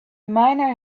miner